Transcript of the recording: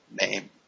name